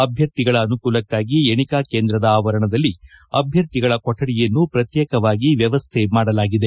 ಅಭ್ಯರ್ಥಿಗಳ ಅನುಕೂಲಕ್ಷಾಗಿ ಎಣಿಕಾ ಕೇಂದ್ರದ ಆವರಣದಲ್ಲಿ ಅಭ್ಯರ್ಥಿಗಳ ಕೊಠಡಿಯನ್ನು ಪ್ರತ್ಯೇಕವಾಗಿ ವ್ಯವಸ್ಥ ಮಾಡಲಾಗಿದೆ